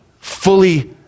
Fully